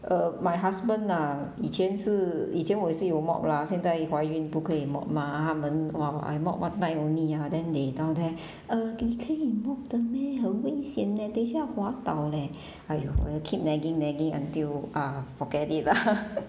uh my husband ah 以前是以前我也是有 mop lah 现在怀孕不可以 mop mah 他们 while I mop one night only ah then they down there err 你可以 mop 的 meh 很危险 eh 等一下滑倒 leh !aiyo! will keep nagging nagging until ah forget it lah